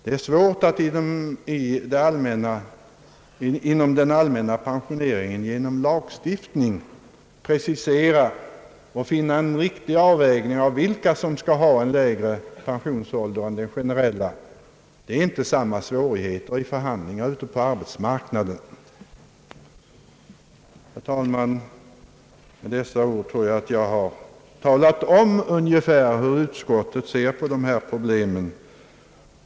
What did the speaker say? Det är svårt att inom den allmänna pensioneringen genom lagstiftning precisera och riktigt avväga vilka som skall ha en lägre pensionsålder än den generella. Det är inte lika svårt vid förhandlingar på arbetsmarknaden. Herr talman! Med dessa ord tror jag att jag talat om ungefär hur utskottet ser på problemen.